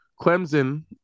Clemson